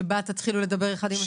שבה תתחילו לדבר אחד עם השני?